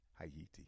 Haiti